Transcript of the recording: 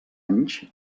anys